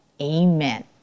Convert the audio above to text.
Amen